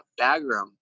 Bagram